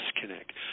disconnect